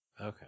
Okay